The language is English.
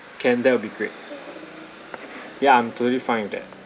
can that'll be great ya I'm totally fine with that